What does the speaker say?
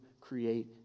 create